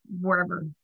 wherever